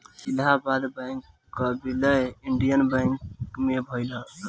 Allahabad bank कअ विलय Indian bank मे भयल रहे